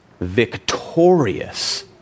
victorious